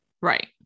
Right